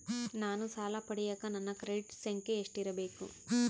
ನಾನು ಸಾಲ ಪಡಿಯಕ ನನ್ನ ಕ್ರೆಡಿಟ್ ಸಂಖ್ಯೆ ಎಷ್ಟಿರಬೇಕು?